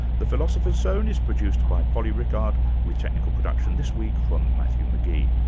the philosopher's zone is produced by polly rickard with technical production this week from matthew mcgee.